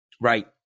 Right